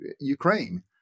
Ukraine